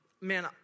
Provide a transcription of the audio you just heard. man